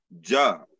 job